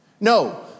No